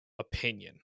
Opinion